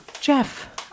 Jeff